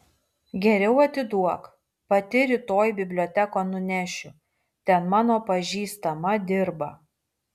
geriau atiduok pati rytoj bibliotekon nunešiu ten mano pažįstama dirba